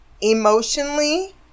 emotionally